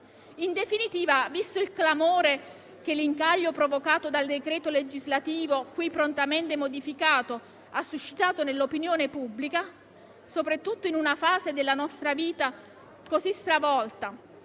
In definitiva, visto il clamore che l'incaglio provocato dal decreto legislativo, qui prontamente modificato, ha suscitato nell'opinione pubblica, soprattutto in una fase della nostra vita così stravolta